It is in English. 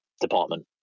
department